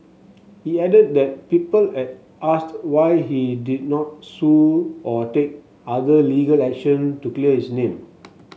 he added that people had asked why he did not sue or take other legal action to clear his name